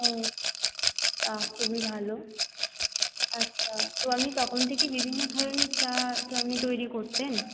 ও বাহ খুবই ভালো আচ্ছা তো আপনি তখন থেকেই বিভিন্ন ধরনের চা তো আপনি তৈরি করতেন